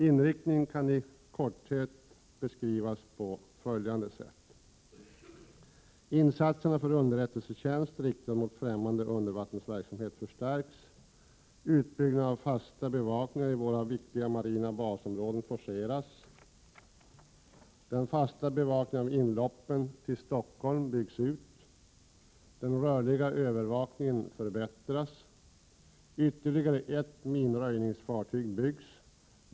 Inriktningen kan i korthet beskrivas på följande sätt: —- Utbyggnaden av fasta bevakningar i våra viktigaste marina basområden forceras. Den fasta bevakningen av inloppen till Stockholm byggs ut. —- Den rörliga övervakningen förbättras. —-Ytterligare ett minröjningsfartyg byggs.